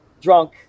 drunk